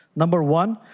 number one.